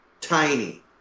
tiny